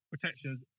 protections